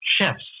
chefs